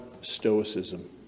stoicism